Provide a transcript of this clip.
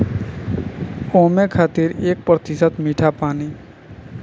ओमें खातिर एक प्रतिशत मीठा पानी